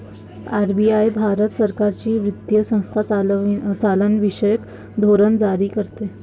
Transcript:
RBI Bharat सरकारची वित्तीय संस्था चलनविषयक धोरण जारी करते